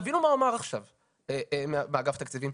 תבינו מה הוא אמר עכשיו באגף תקציבים.